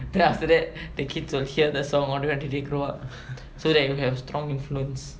then after that the kids will hear the song all the way until they grow up so that you have strong influence